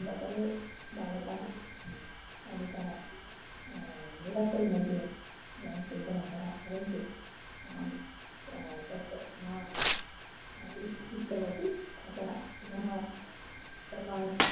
ब सर्वे बालकाः बालिकाः रिहर्सल् मध्ये डेन्स् कृतवन्तः परन्तु अहं स तत् न इष्टम् इष्टवती अतः पुनः सर्वान्